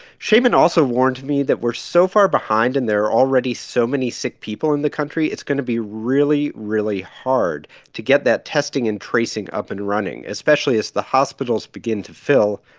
shaman also warned me that we're so far behind, and there are already so many sick people in the country, it's going to be really, really hard to get that testing and tracing up and running, especially as the hospitals begin to fill,